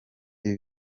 ibi